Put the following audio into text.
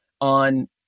on